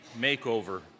makeover